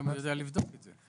מה הבעיה לבדוק את זה?